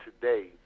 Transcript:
today